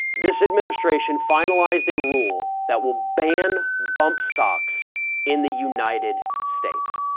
this administration finalized a rule that will ban bump stocks in the united states.